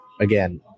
again